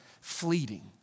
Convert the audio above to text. fleeting